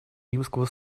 римского